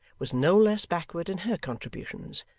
was no less backward in her contributions,